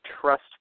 trust